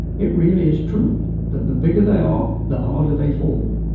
it really is true that the bigger they are, the harder they fall.